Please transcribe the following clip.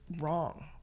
wrong